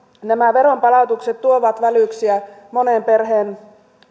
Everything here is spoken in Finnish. nämä veronpalautukset tuovat välyksiä monen perheen